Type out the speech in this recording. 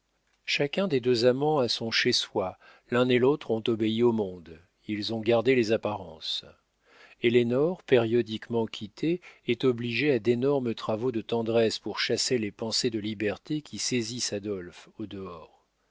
chacun des deux amants a son chez soi l'un et l'autre ont obéi au monde ils ont gardé les apparences ellénore périodiquement quittée est obligée à d'énormes travaux de tendresse pour chasser les pensées de liberté qui saisissent adolphe au dehors